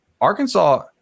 Arkansas